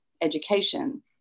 education